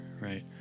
right